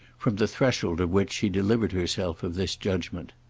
from the threshold of which she delivered herself of this judgement.